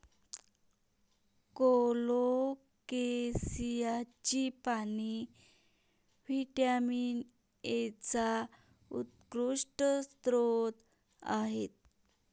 कोलोकेसियाची पाने व्हिटॅमिन एचा उत्कृष्ट स्रोत आहेत